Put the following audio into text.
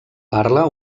parla